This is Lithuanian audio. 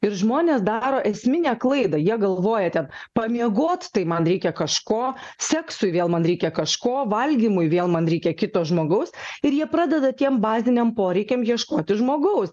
ir žmonės daro esminę klaidą jie galvoja ten pamiegot tai man reikia kažko seksui vėl man reikia kažko valgymui vėl man reikia kito žmogaus ir jie pradeda tiem baziniam poreikiam ieškoti žmogaus